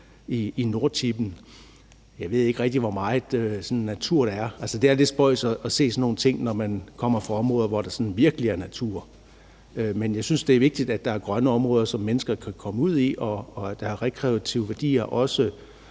i Nordtippen. Jeg ved ikke rigtig, hvor meget sådan natur der er. Altså, det er lidt spøjst at se sådan nogle ting, når man kommer fra områder, hvor der virkelig er natur, men jeg synes, det er vigtigt, at der er grønne områder, som mennesker kan komme ud i, og at der er rekreative værdier, også